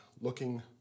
looking